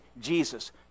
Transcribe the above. Jesus